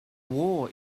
war